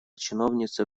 чиновница